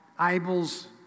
Abel's